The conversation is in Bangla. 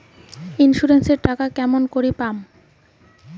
ইন্সুরেন্স এর টাকা কেমন করি পাম?